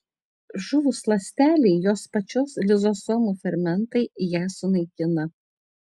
žuvus ląstelei jos pačios lizosomų fermentai ją sunaikina